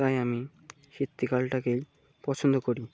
তাই আমি শীতকালটাকেই পছন্দ করি